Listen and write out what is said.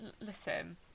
listen